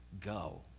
go